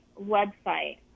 website